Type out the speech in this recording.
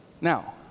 Now